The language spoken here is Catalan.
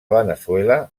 veneçuela